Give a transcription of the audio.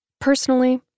Personally